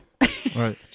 Right